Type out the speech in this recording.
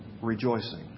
rejoicing